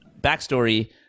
backstory